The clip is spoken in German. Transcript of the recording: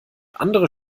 andere